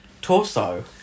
torso